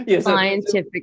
scientific